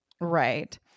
Right